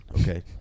okay